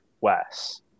Wes